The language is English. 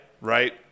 right